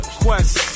quest